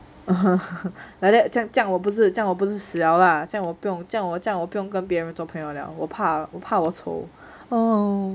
(uh huh) like that 这样我不是这样我不是死了啦这样我不用这样我不用跟别人做朋友了我怕我怕我丑